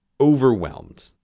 overwhelmed